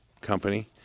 company